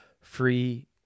free